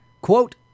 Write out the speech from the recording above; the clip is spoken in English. Quote